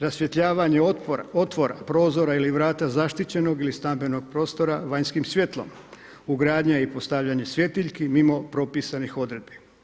Rasvjetljavanje otvora, prozora ili vrata, zaštićenog ili stambenog prostora vanjskim svjetlom, ugradnja i postavljanje svjetiljki mimo propisanih odredbi.